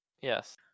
Yes